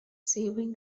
savouring